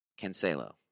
Cancelo